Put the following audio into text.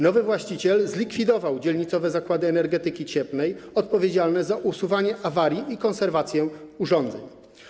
Nowy właściciel zlikwidował dzielnicowe Zakłady Energetyki Cieplnej odpowiedzialne za usuwanie awarii i konserwację urządzeń.